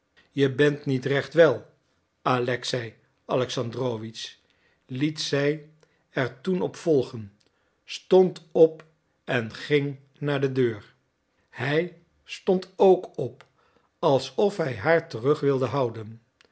je bent niet recht wel alexei alexandrowitsch liet zij er toen op volgen stond op en ging naar de deur hij stond ook op alsof hij haar terug wilde houden